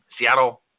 Seattle